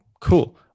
cool